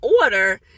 order